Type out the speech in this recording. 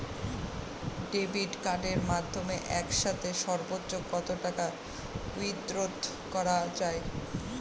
Debit কার্ডের মাধ্যমে একসাথে সর্ব্বোচ্চ কত টাকা উইথড্র করা য়ায়?